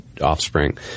offspring